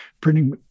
printing